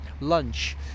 lunch